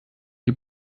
die